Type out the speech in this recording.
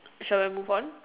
shall I move on